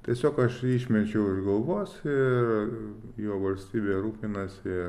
tiesiog aš jį išmečiau iš galvos ir juo valstybė rūpinasi